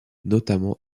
notamment